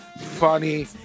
funny